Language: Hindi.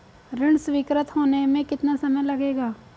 ऋण स्वीकृत होने में कितना समय लगेगा?